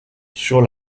sur